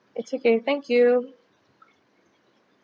it's okay thank you